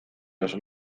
los